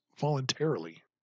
voluntarily